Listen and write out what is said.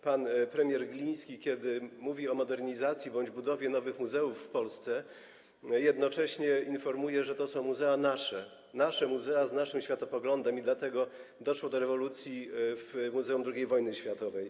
Pan premier Gliński, kiedy mówi o modernizacji bądź budowie nowych muzeów w Polsce, jednocześnie informuje, że to są nasze muzea, z naszym światopoglądem i dlatego doszło do rewolucji w Muzeum II Wojny Światowej.